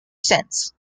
since